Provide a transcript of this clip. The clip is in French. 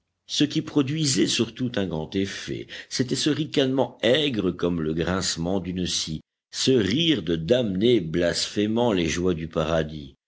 ce qui produisait surtout un grand effet c'était ce ricanement aigre comme le grincement d'une scie ce rire de damné blasphémant les joies du paradis